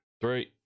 three